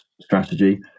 strategy